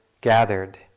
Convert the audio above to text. gathered